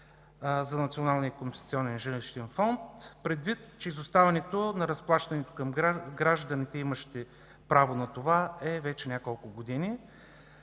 фонд, предвид факта, че изоставането в разплащането към гражданите, имащи право на това, е вече няколко години?